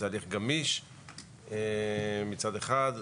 זה הליך גמיש מצד אחד,